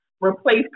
replace